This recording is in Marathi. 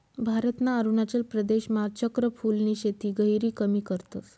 भारतना अरुणाचल प्रदेशमा चक्र फूलनी शेती गहिरी कमी करतस